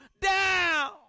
down